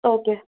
okay